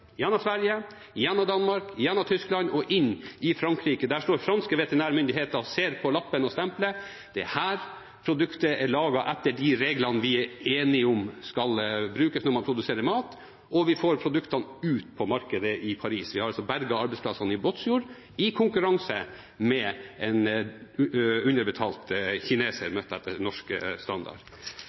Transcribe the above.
gjennom Sverige, gjennom Danmark, gjennom Tyskland og inn i Frankrike. Der står franske veterinærmyndigheter og ser på lappen og stempelet at dette produktet er laget etter de reglene vi er enige om skal brukes når man produserer mat, og vi får produktene ut på markedet i Paris. Vi har altså berget arbeidsplassene i Båtsfjord – i konkurranse med underbetalte kinesere, etter norsk standard.